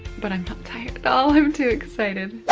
but i'm not tired at all, i'm too excited.